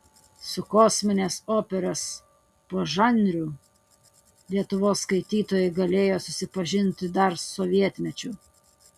su kosminės operos požanriu lietuvos skaitytojai galėjo susipažinti dar sovietmečiu